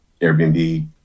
Airbnb